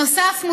נוסף לכך,